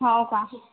हाव का